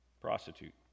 prostitute